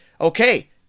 okay